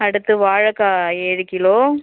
அடுத்து வாழைக்கா ஏழு கிலோ